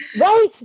Right